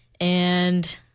And-